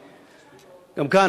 גם כאן,